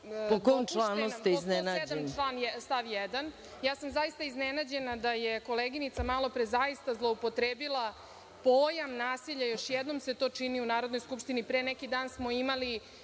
Po kom članu ste iznenađeni?